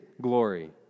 glory